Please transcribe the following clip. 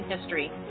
history